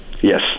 Yes